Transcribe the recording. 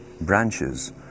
branches